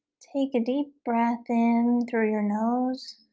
take a deep breath in through your nose